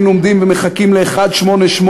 היינו עומדים ומחכים ל-188,